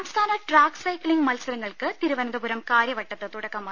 സംസ്ഥാന track cycling മത്സരങ്ങൾക്ക് തിരുവനന്തപുരം കാര്യവട്ടത്ത് തുടക്കമായി